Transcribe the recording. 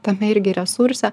tame irgi resurse